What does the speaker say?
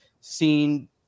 seen